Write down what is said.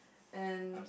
and